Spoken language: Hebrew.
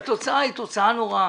והתוצאה היא תוצאה נוראה.